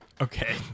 Okay